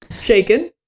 shaken